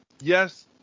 Yes